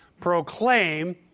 proclaim